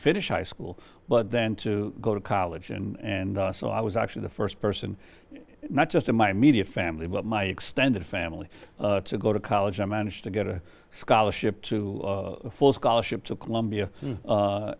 finish high school but then to go to college and so i was actually the first person not just in my immediate family but my extended family to go to college i managed to get a scholarship to full scholarship to columbia